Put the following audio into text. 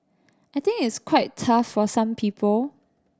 I think it's quite tough for some people